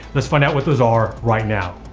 let's find out what those are right now.